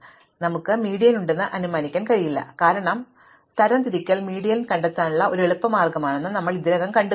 അതിനാൽ ഞങ്ങൾക്ക് മീഡിയൻ ഉണ്ടെന്ന് അനുമാനിക്കാൻ കഴിയില്ല കാരണം തരംതിരിക്കൽ മീഡിയൻ കണ്ടെത്താനുള്ള ഒരു എളുപ്പ മാർഗമാണെന്ന് ഞങ്ങൾ ഇതിനകം കണ്ടു